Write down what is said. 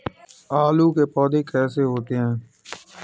आलू के पौधे कैसे होते हैं?